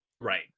Right